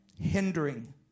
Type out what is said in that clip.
hindering